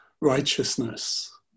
righteousness